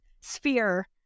sphere